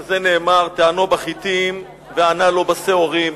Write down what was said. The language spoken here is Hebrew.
על זה נאמר: טענו בחיטים וענה לו בשעורים.